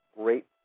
great